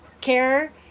care